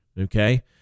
Okay